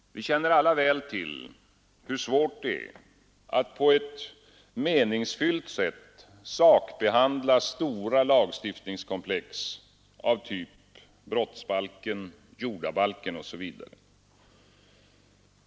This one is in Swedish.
Vi känner alla väl till hur svårt det är att på ett meningsfyllt sätt sakbehandla stora lagstiftningskomplex av typ brottsbalken, jordabalken osv.